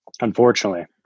Unfortunately